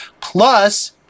Plus